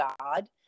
God